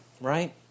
right